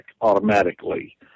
automatically